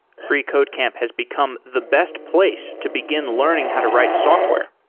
freecodecamp has become the best place to begin learning how to write software.